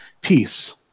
peace